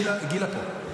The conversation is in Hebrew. גילה פה.